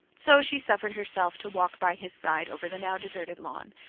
so she suffered herself to walk by his side over the now deserted lawn,